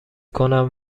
کنم